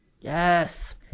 Yes